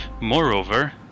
Moreover